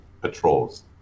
patrols